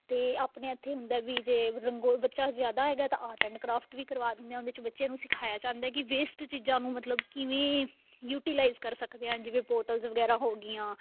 ਅਤੇ ਆਪਣੇ ਇੱਥੇ ਹੁੰਦਾ ਵੀ ਜੇ ਰੰਗ ਬੱਚਾ ਜ਼ਿਆਦਾ ਹੈਗਾ ਤਾਂ ਆਰਟ ਐਂਡ ਕਰਾਫਟ ਵੀ ਕਰਵਾ ਦਿੰਦੇ ਉਹਦੇ 'ਚ ਬੱਚੇ ਨੂੰ ਸਿਖਾਇਆ ਜਾਂਦਾ ਕਿ ਵੇਸਟ ਚੀਜ਼ਾਂ ਨੂੰ ਮਤਲਬ ਕਿਵੇਂ ਯੂਟੀਲਾਈਜ਼ ਕਰ ਸਕਦੇ ਹਾਂ ਜਿਵੇਂ ਬੋਟਲਸ ਵਗੈਰਾ ਹੋ ਗਈਆਂ